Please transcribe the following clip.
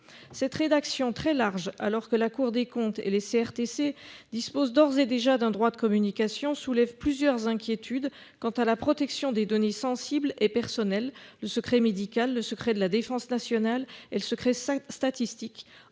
Cette rédaction très large alors que la Cour des comptes et les CRTC dispose d'ores et déjà d'un droit de communication soulève plusieurs inquiétudes quant à la protection des données sensibles et personnelles. Le secret médical, le secret de la défense nationale, elle se crée 5 statistiques